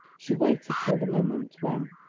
she waited till the moment when,